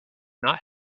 not